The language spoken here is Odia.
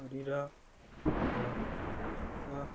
ଶରୀର ମଧ୍ୟ ସୁସ୍ଥ